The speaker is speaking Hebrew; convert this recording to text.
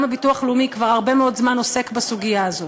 גם הביטוח הלאומי כבר הרבה מאוד זמן עוסק בסוגיה הזאת,